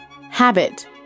habit